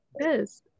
Yes